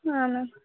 ಹಾಂ ಮ್ಯಾಮ್